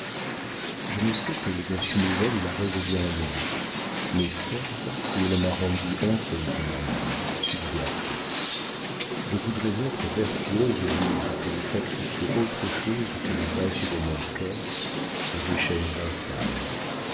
je ne sais quelles vertus nouvelles il a réveillées en moi mais certes il m'a rendue honteuse de moi-même dit béatrix je voudrais être vertueuse et libre pour lui sacrifier autre chose que les restes de mon cœur et des chaînes infâmes